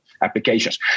applications